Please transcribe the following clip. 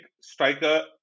striker